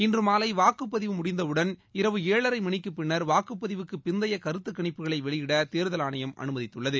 இன்று மாலை வாக்குப்பதிவு முடிந்தவுடன் இரவு ஏழரை மணிக்குப்பின்னர் வாக்குப்பதிவுக்கு பிந்தைய கருத்துக்கணிப்புகளை வெளியிட தேர்தல் ஆணையம் அனுமதித்துள்ளது